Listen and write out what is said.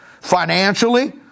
financially